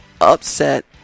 Upset